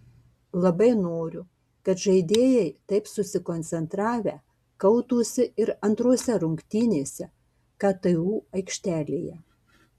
labai noriu kad žaidėjai taip susikoncentravę kautųsi ir antrose rungtynėse ktu aikštelėje